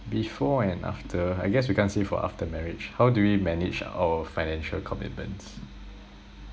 before and after I guess we can't say for after marriage how do we manage our financial commitments